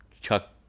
chuck